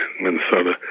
Minnesota